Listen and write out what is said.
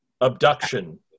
abduction